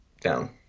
Down